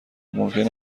ممکن